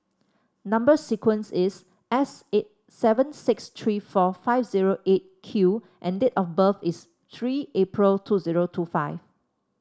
number sequence is S eight seven six three four five zero Eight Q and date of birth is three April two zero two five